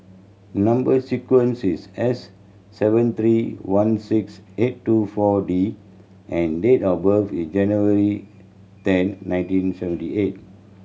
number sequence is S seven three one six eight two Four D and date of birth is January ten nineteen seventy eight